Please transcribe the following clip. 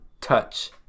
touch